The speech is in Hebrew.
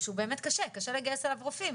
שקשה לגייס אליו רופאים.